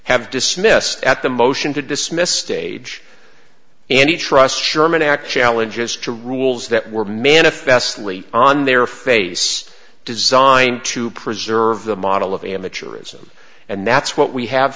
have dismissed at the motion to dismiss stage any trust sherman act challenges to rules that were manifestly on their face designed to preserve the model of amateurism and that's what we have